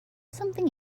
something